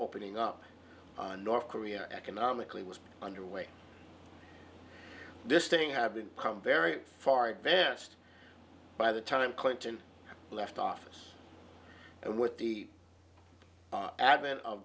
opening up on north korea economically was under way this thing having come very far advanced by the time clinton left office and with the advent of